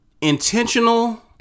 intentional